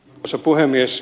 arvoisa puhemies